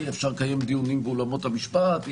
אי אפשר לקיים דיונים באולמות המשפט,